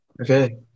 okay